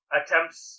attempts